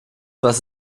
was